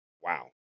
Wow